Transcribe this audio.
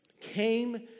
came